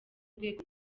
rwego